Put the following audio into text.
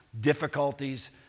difficulties